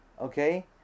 okay